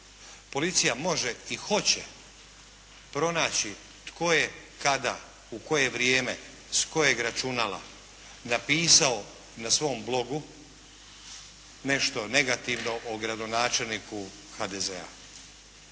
Policija može i hoće pronaći tko je, kada, u koje vrijeme, s kojeg računala napisao na svom blogu nešto negativno o gradonačelniku HDZ-a,